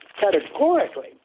categorically